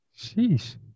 Sheesh